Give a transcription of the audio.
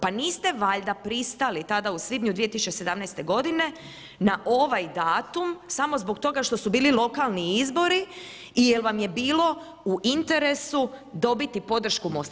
Pa niste valjda pristali, tada u svibnju 2017. g. na ovaj datum, samo zbog toga što su bili lokalni izbori i jer vam je bilo u interesu dobiti podršku Mosta.